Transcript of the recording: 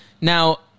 Now